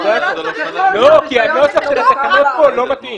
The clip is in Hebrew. לתנועות הנוער וחזרה,